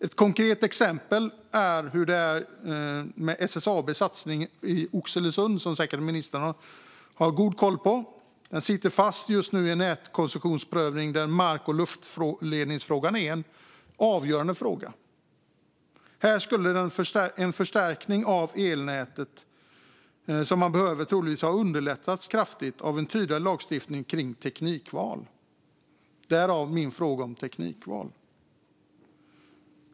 Ett konkret exempel är SSAB:s satsning i Oxelösund, som ministern säkert har god koll på. Den sitter just nu fast i en nätkoncessionsprövning där mark eller luftledning är en avgörande fråga. Här skulle den förstärkning av elnätet som man behöver troligtvis ha underlättats kraftigt av en tydligare lagstiftning kring teknikval. Därav min fråga om teknikval.